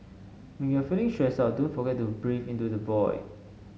when you are feeling stressed out don't forget to breathe into the void